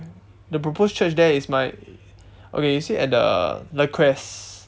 the proposed church there is my okay you see at the le quest